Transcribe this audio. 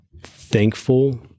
thankful